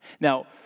Now